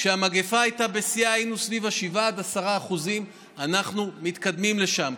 כשהמגפה הייתה בשיאה היינו סביב 7% 10%. אנחנו מתקדמים לשם.